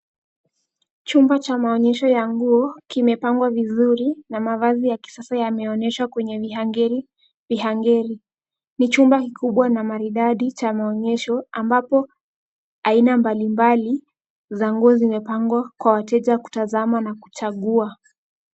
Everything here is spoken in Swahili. Chumba cha maonyesho ya nguo, kimepangwa vizuri na mavazi ya kisasa yameonyeshwa kwenye mihangeri vihangeri. Ni chumba kikubwa na maridadi cha maonyeshoa, ambapo aina mbali mbali za nguo zimepangwa kwa wateja kutazama na kuchagua.